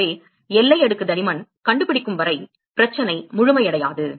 எனவே எல்லை அடுக்கு தடிமன் கண்டுபிடிக்கும் வரை பிரச்சனை முழுமையடையாது